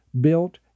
built